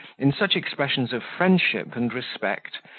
in such expressions of friendship and respect,